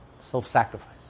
self-sacrifice